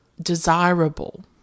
desirable